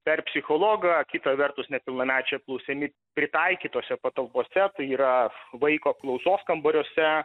per psichologą kita vertus nepilnamečiai apklausiami pritaikytose patalpose tai yra vaiko apklausos kambariuose